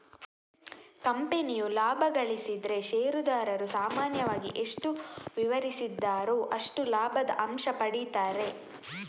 ಕಂಪನಿಯು ಲಾಭ ಗಳಿಸಿದ್ರೆ ಷೇರುದಾರರು ಸಾಮಾನ್ಯವಾಗಿ ಎಷ್ಟು ವಿವರಿಸಿದ್ದಾರೋ ಅಷ್ಟು ಲಾಭದ ಅಂಶ ಪಡೀತಾರೆ